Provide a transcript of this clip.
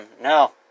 No